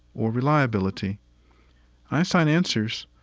or reliability einstein answers,